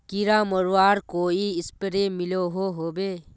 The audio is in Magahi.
कीड़ा मरवार कोई स्प्रे मिलोहो होबे?